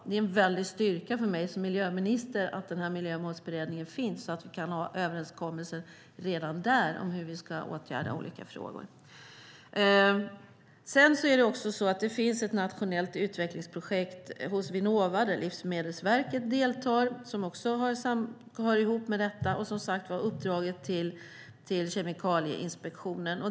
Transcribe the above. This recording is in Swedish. Det är en väldig styrka för mig som miljöminister att Miljömålsberedningen finns så att vi kan nå överenskommelser redan där om hur vi ska åtgärda olika problem. Det finns också ett nationellt utvecklingsprojekt hos Vinnova, vilket Livsmedelsverket deltar i, som också hör ihop med detta och som sagt med uppdraget till Kemikalieinspektionen.